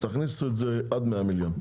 תכניסו את זה עד 100 מיליון.